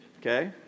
Okay